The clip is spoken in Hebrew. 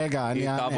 רגע, אני אענה.